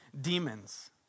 demons